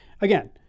Again